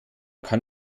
kann